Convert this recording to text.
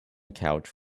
couch